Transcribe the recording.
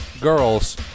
girls